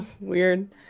Weird